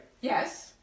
Yes